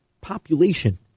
population